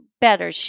better